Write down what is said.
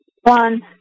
one